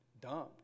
dump